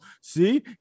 See